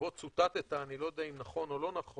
שבו צוטטת, אני לא יודע אם נכון או לא נכון,